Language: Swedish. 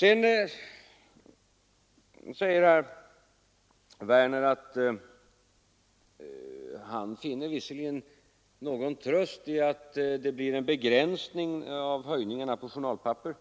Vidare säger herr Werner att han visserligen finner någon tröst i att det blir en begränsning av prishöjningarna på journalpapper